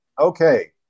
Okay